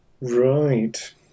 Right